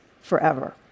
forever